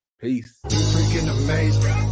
Peace